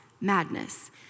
madness